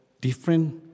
different